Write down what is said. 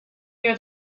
near